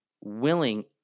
willing